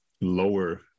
lower